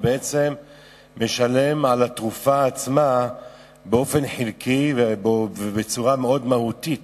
הוא בעצם משלם על התרופה עצמה באופן חלקי ובצורה מאוד מהותית.